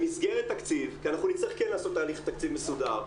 במסגרת תקציב כי אנחנו נצטרך כן לעשות תהליך תקציב מסודר.